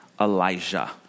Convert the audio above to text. Elijah